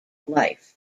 life